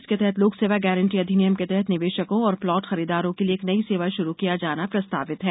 इसके तहत लोक सेवा गारंटी अधिनियम के तहत निवेशकों और प्लाट खरीदारों के लिए एक नई सेवा षुरु किया जाना प्रस्तावित है